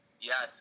Yes